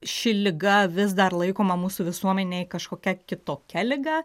ši liga vis dar laikoma mūsų visuomenėj kažkokia kitokia liga